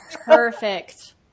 perfect